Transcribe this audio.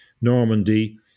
Normandy